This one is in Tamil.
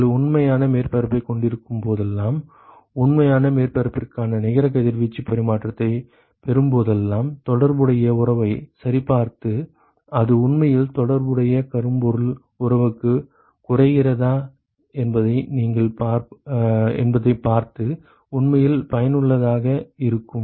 நீங்கள் உண்மையான மேற்பரப்பைக் கொண்டிருக்கும் போதெல்லாம் உண்மையான மேற்பரப்பிற்கான நிகர கதிர்வீச்சு பரிமாற்றத்தைப் பெறும்போதெல்லாம் தொடர்புடைய உறவைச் சரிபார்த்து அது உண்மையில் தொடர்புடைய கரும்பொருள் உறவுக்குக் குறைகிறதா என்பதைப் பார்ப்பது உண்மையில் பயனுள்ளதாக இருக்கும்